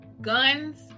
guns